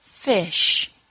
Fish